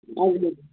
हजुर